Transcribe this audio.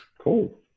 Cool